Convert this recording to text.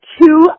two